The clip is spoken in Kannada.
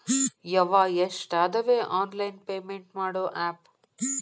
ಯವ್ವಾ ಎಷ್ಟಾದವೇ ಆನ್ಲೈನ್ ಪೇಮೆಂಟ್ ಮಾಡೋ ಆಪ್